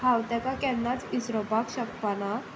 हांव तेका केन्नाच विसरुपाक शकपा ना